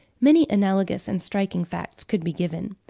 many analogous and striking facts could be given.